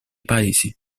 paesi